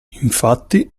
infatti